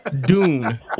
Dune